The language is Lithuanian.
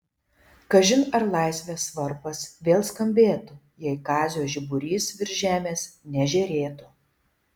kažin ar laisvės varpas vėl skambėtų jei kazio žiburys virš žemės nežėrėtų